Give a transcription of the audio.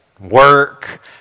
work